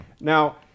Now